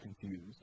confused